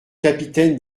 capitaine